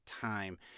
time